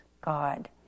God